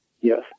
Yes